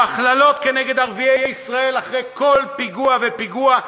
או הכללות נגד ערביי ישראל אחרי כל פיגוע ופיגוע,